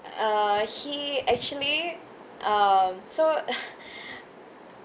uh he actually um so